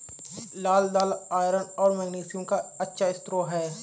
लाल दालआयरन और मैग्नीशियम का अच्छा स्रोत है